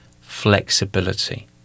Flexibility